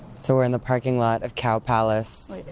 so we're in the parking lot of cow palace.